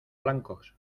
blancos